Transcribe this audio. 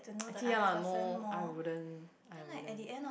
ya no I wouldn't I wouldn't